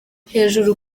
hejuru